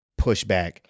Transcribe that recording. pushback